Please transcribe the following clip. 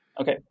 Okay